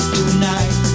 tonight